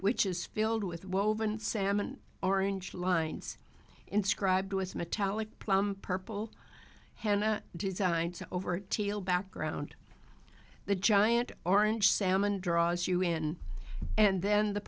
which is filled with woven salmon orange lines inscribed with metallic plum purple henna designed to over teal background the giant orange salmon draws you in and then the